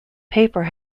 paper